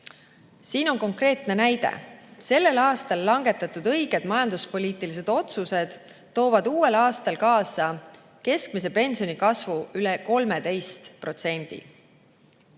Siin on konkreetne näide: sellel aastal langetatud õiged majanduspoliitilised otsused toovad uuel aastal kaasa keskmise pensioni kasvu üle 13%.